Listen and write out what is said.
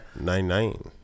Nine-Nine